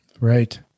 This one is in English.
Right